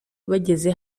bageze